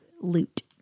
loot